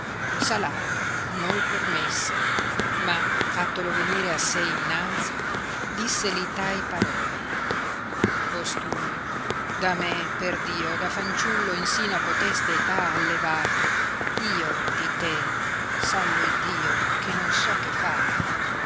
salardo no permesse ma fattolo venire a sé innanzi disseli tai parole postumio da me per dio da fanciullo insino a cotesta età allevato io di te sallo iddio che non so che fare